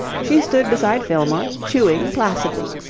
she stood beside fillmore, chewing placidly.